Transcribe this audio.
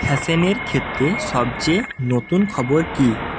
ফ্যাশনের ক্ষেত্রে সবচেয়ে নতুন খবর কী